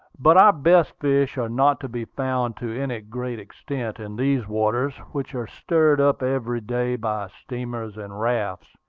but our best fish are not to be found to any great extent in these waters, which are stirred up every day by steamers and rafts.